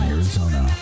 Arizona